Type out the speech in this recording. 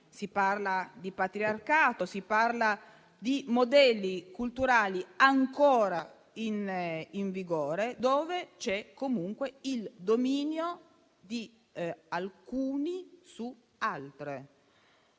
Si parla di patriarcato, di modelli culturali ancora in vigore, dove c'è comunque il dominio di alcuni su altre.